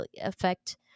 affect